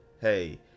hey